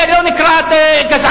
זה לא נקרא גזענות.